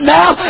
now